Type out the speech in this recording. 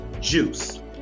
juice